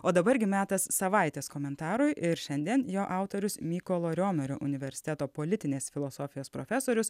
o dabar gi metas savaitės komentarui ir šiandien jo autorius mykolo riomerio universiteto politinės filosofijos profesorius